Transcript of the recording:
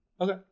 Okay